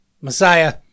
Messiah